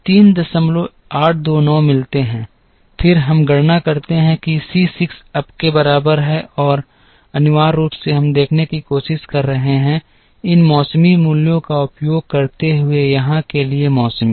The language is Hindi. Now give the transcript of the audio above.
तो आपको 3829 मिलते हैं फिर हम गणना करते हैं कि C 6 अब के बराबर है और अनिवार्य रूप से हम देखने की कोशिश कर रहे हैं इन मौसमी मूल्यों का उपयोग करते हुए यहां के लिए मौसमी